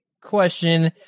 question